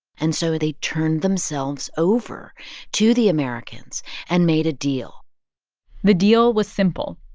and so they turned themselves over to the americans and made a deal the deal was simple.